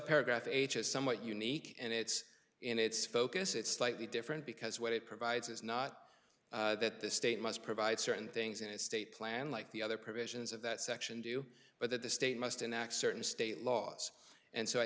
paragraph age is somewhat unique and it's in its focus it's slightly different because what it provides is not that the state must provide certain things in its state plan like the other provisions of that section do but that the state must in x certain state laws and so i